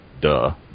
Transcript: duh